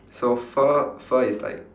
so fur fur is like